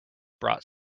brought